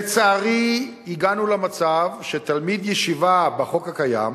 לצערי, הגענו למצב שלתלמיד ישיבה, לפי החוק הקיים,